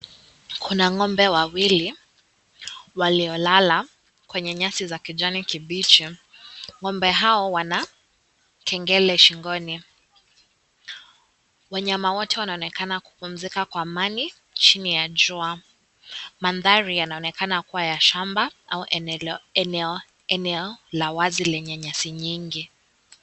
Kuna ng'ombe wawili waliolala kwenye nyasi za kijani kibichi, ng'ombe hao wana kengele shingoni. Wanyama wote wanaonekana kupumzika kwa amani chini ya jua. Mandhari yanaonekana kuwa ya shamba au eneo la wazi lenye nyasi nyingi.